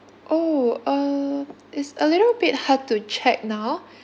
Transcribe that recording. oh uh it's a little bit hard to check now